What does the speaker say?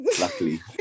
luckily